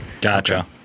Gotcha